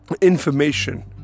information